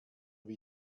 wie